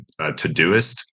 Todoist